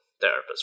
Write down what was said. therapist